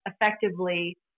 effectively